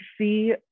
see